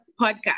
podcast